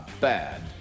bad